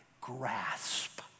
grasp